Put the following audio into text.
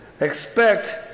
Expect